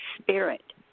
spirit